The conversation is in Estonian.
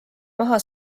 maha